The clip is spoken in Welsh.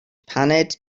paned